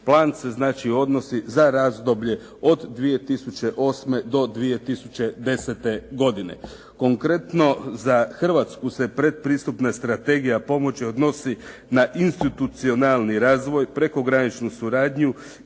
Plan se znači odnosi za razdoblje od 2008. do 2010. godine. Konkretno, za Hrvatsku se predpristupna strategija pomoći odnosi na institucionalni razvoj, prekograničnu suradnju